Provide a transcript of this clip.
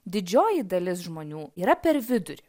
didžioji dalis žmonių yra per vidurį